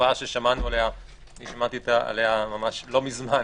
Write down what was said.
תופעה ששמעתי עליה לא מזמן,